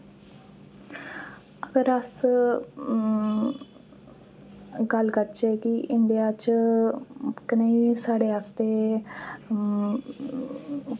अगर अस गल्ल करचे कि इंडिया च कनेह् साढ़े आस्ते